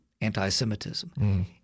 anti-Semitism